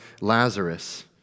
Lazarus